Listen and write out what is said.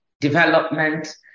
development